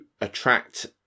attract